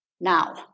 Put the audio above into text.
now